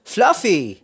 Fluffy